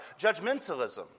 Judgmentalism